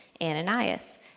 Ananias